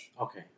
Okay